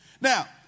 Now